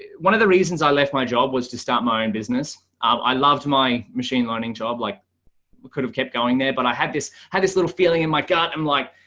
one of the reasons i left my job was to start my own and business, um i love to my machine learning job like what could have kept going there. but i had this had this little feeling in my gut. i'm like,